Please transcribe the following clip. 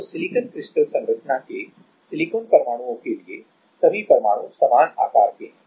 तो silicon crystal संरचना के सिलिकॉन परमाणुओं के लिए सभी परमाणु समान आकार के हैं